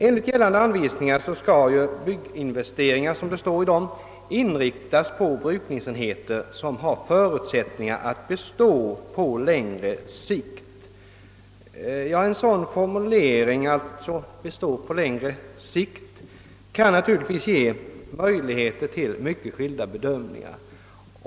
Enligt gällande anvisningar skall bygginvesteringarna inriktas på brukningsenheter som har förutsättningar att bestå på längre sikt. En sådan formulering kan naturligtvis ge möjlighet till mycket skilda bedömningar.